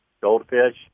goldfish